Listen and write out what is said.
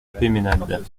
peymeinade